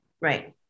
Right